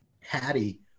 Hattie